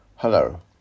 Hello